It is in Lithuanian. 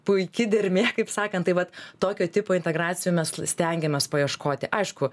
puiki dermė kaip sakant tai vat tokio tipo integracijų mes stengiamės paieškoti aišku